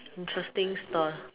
interesting store